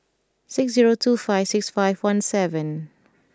six zero two five six five one seven